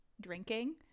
drinking